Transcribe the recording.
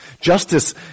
Justice